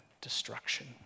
Destruction